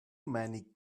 many